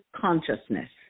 consciousness